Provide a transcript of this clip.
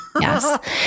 Yes